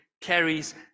carries